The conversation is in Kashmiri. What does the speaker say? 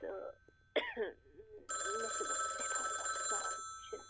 تہٕ مےٚ چھُ گوٚمُت سٮ۪ٹھاہ نۄقصان مےٚ چھِ